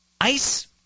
ICE